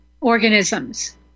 organisms